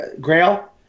Grail